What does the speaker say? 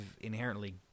inherently